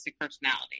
personality